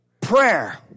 prayer